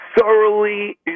Thoroughly